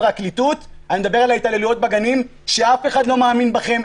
והפרקליטות אני מדבר על ההתעללויות בגנים שאף אחד לא מאמין בכם.